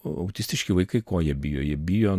autistiški vaikai ko jie bijo jie bijo